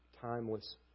timeless